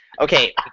Okay